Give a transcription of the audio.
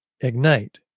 ignite